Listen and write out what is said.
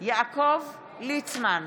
יעקב ליצמן,